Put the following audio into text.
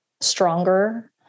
stronger